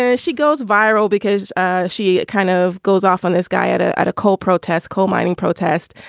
ah she goes viral because she kind of goes off on this guy at a at a coal protest, coal mining protest.